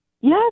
Yes